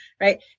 Right